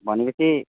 भनेपछि